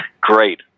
Great